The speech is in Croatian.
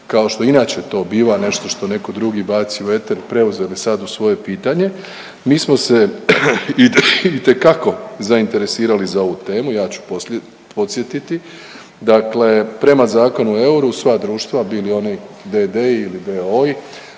kao što inače to biva nešto što netko drugi baci u eter preuzeli sad u svoje pitanje mi smo se itekako zainteresirali za ovu temu. Ja ću podsjetiti. Dakle, prema Zakonu o euru sva društva bili oni d.d. ili